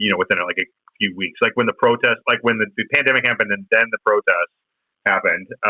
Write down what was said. you know within, and like, a few weeks. like, when the protests, like, when the pandemic happened and then the protests happened,